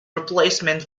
replacement